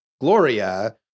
Gloria